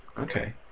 Okay